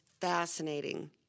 fascinating